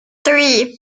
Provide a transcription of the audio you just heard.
three